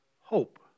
hope